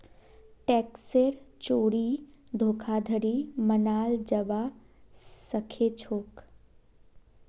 टैक्सेर चोरी धोखाधड़ी मनाल जाबा सखेछोक